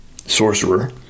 Sorcerer